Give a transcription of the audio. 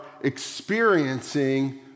experiencing